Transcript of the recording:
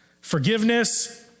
Forgiveness